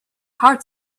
hard